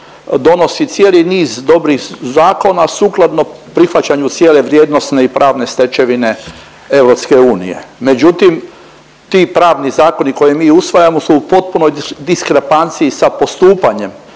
donosi cijeli niz dobrih zakona sukladno prihvaćanju cijele vrijednosne i pravne stečevine EU. Međutim, ti pravni zakoni koje mi usvajamo su u potpunoj diskrepanciji sa postupanjem,